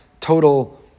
total